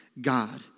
God